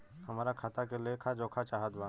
हमरा खाता के लेख जोखा चाहत बा?